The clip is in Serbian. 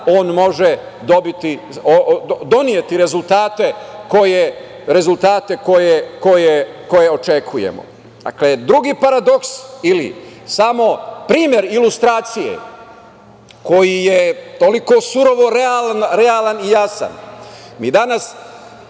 on može doneti rezultate koje očekujemo. Dakle, drugi paradoks, ili primer ilustracije, koji je toliko surovo realan i jasan, mi danas